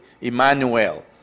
Emmanuel